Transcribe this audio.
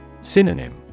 Synonym